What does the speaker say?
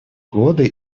годы